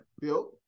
Bill